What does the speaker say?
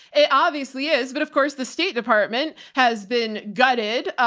it obviously is, but of course the state department has been gutted. ah,